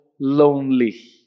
lonely